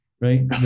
right